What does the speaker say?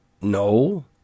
No